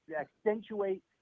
accentuate